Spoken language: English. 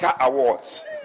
awards